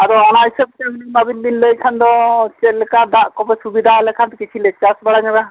ᱟᱫᱚ ᱚᱱᱟ ᱦᱤᱥᱟᱹᱵᱛᱮ ᱟᱹᱵᱤᱱ ᱵᱤᱱ ᱞᱟᱹᱭ ᱠᱷᱟᱱ ᱫᱚ ᱪᱮᱫᱠᱟ ᱫᱟᱜ ᱠᱚᱯᱮ ᱥᱩᱵᱤᱫᱷᱟ ᱟᱞᱮ ᱠᱷᱟᱱ ᱠᱤᱪᱷᱩ ᱞᱮ ᱪᱟᱥ ᱵᱟᱲᱟ ᱧᱚᱜᱼᱟ